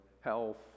health